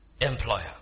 employer